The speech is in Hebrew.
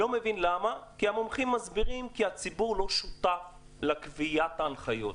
כי המומחים מסבירים כשהציבור לא שותף לקביעת ההנחיות.